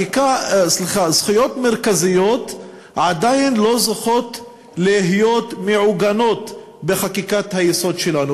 זכויות מרכזיות עדיין לא זוכות להיות מעוגנות בחקיקת היסוד שלנו.